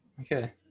Okay